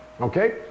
Okay